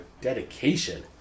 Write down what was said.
dedication